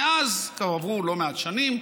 מאז עברו לא מעט שנים,